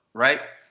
right?